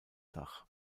dach